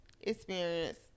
experience